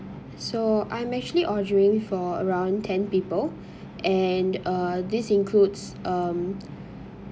so I'm actually ordering for around ten people and uh this includes um